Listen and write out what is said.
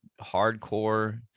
hardcore